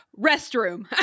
restroom